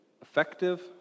effective